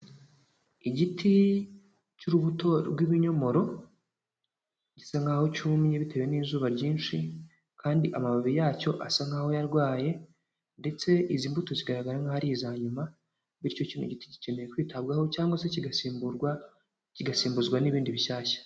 Igiti cy'urubuto rw'ibinyomoro gisa nkaho cyumye bitewe n'izuba ryinshi kandi amababi yacyo asa nkaho yarwaye ndetse izi mbuto zigaragara nkaho ari iza nyuma, bityo kino giti gikeneye kwitabwaho cyangwa se kigasimburwa, kigasimbuzwa n'ibindi bishyashya.